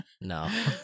No